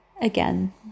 again